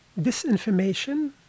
disinformation